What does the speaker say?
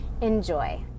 Enjoy